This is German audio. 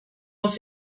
auf